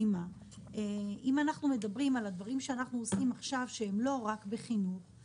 אם לדבר על הדברים שאנחנו עושים עכשיו שהם לא רק בחינוך,